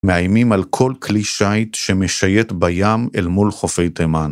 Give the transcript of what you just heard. מאיימים על כל כלי שייט שמשייט בים אל מול חופי תימן.